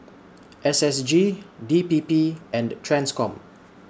S S G D P P and TRANSCOM